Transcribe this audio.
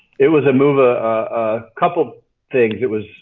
it was a move, ah a couple things. it was,